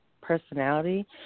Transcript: personality